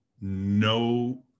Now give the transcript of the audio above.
no